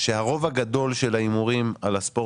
שהרוב הגדול של ההימורים על הספורט